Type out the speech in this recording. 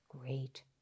great